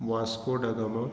वास्कोडगो